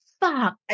Fuck